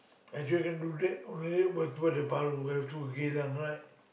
I shouldn't do that on the day to Geylang right